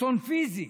אסון פיזי,